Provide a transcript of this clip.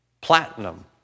platinum